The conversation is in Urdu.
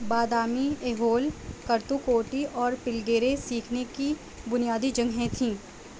بادامی ایہول کرتوکوٹی اور پلگیرے سیکھنے کی بنیادی جگہیں تھی